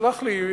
סלח לי,